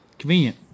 convenient